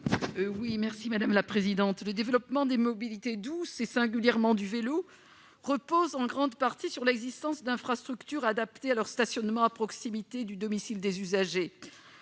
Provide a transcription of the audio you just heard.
à Mme Colette Mélot. Le développement des mobilités douces, et singulièrement du vélo, repose en grande partie sur l'existence d'infrastructures adaptées à leur stationnement à proximité du domicile des usagers.